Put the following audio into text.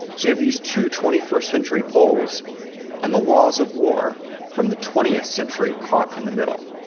so you have these two twenty first century poles and the laws of war from the twentieth century caught in the middle.